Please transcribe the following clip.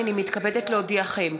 הנני מתכבדת להודיעכם,